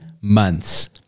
months